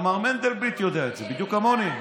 גם מנדלבליט יודע את זה בדיוק כמוני.